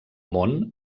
món